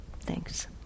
Thanks